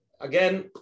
Again